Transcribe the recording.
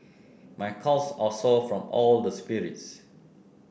my calves are sore from all the sprints